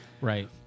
Right